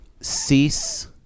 cease